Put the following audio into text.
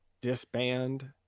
disband